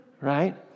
right